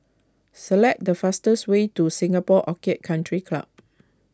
select the fastest way to Singapore Orchid Country Club